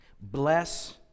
bless